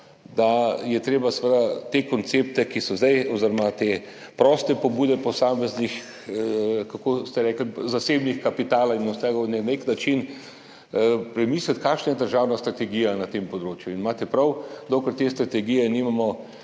da je treba seveda te koncepte, ki so zdaj, oziroma te proste pobude posameznih – kako ste rekli? – zasebnih kapitalov na nek način premisliti, kakšna je državna strategija na tem področju. In imate prav, dokler te strategije nimamo